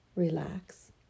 relax